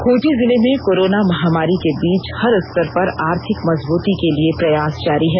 खूंटी जिले में कोरोना महामारी के बीच हर स्तर पर आर्थिक मजबूती के लिए प्रयास जारी है